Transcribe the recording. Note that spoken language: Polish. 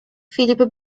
filip